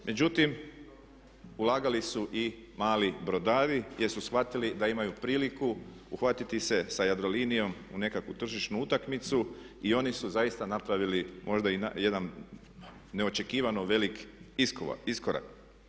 Međutim, ulagali su i mali brodari jer su shvatili da imaju priliku uhvatiti se sa Jadrolinijom u nekakvu tržišnu utakmicu i oni su zaista napravili možda i jedan neočekivano velik iskorak.